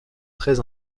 très